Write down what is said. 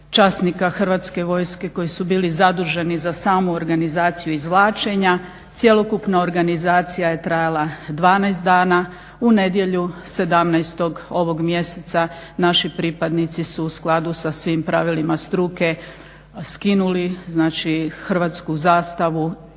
časnika Hrvatske vojske koji su bili zaduženi za samu organizaciju izvlačenja. Cjelokupna organizacija je trajala 12 dana. U nedjelju 17. ovog mjeseca naši pripadnici su u skladu sa svim pravilima struke skinuli, znači hrvatsku zastavu